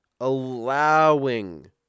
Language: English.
allowing